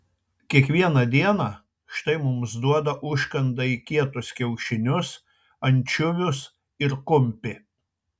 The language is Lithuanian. kiekvieną dieną štai mums duoda užkandai kietus kiaušinius ančiuvius ir kumpį